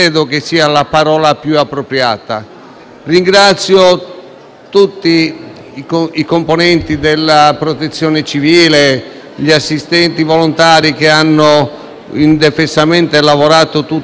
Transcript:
tutti i componenti della Protezione civile, gli assistenti e i volontari che hanno lavorato indefessamente per tutta la notte per ripristinare le condizioni di normalità,